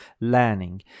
learning